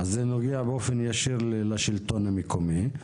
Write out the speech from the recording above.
אז זה נוגע באופן ישיר לשלטון המקומי.